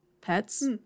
pets